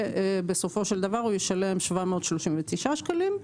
ובסופו של דבר, הוא ישלם 739 שקלים.